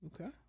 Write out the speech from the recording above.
Okay